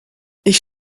ich